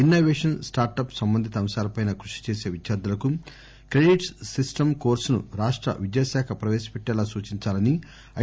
info పేషన్ startup సంబంధిత అంశాలపై కృషి చేస విద్యార్టులకు క్రెడిట్స్ సిస్టమ్ కోర్పును రాష్ట విద్యాశాఖ ప్రపేశపెట్టేలా సూచించాలని ఐ